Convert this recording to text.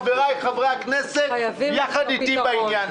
חבריי חברי הכנסת ביחד איתי בעניין הזה.